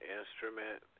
instrument